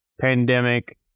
pandemic